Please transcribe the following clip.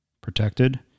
protected